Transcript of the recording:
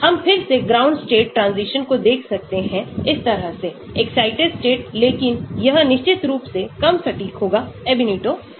हम फिर सेग्राउंड स्टेट ट्रांजिशनको देख सकते हैं इस तरह से एक्साइटिड स्टेट लेकिन यह निश्चित रूप से कम सटीक होगाAb initio से